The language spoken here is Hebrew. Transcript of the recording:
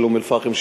של אום-אלפחם,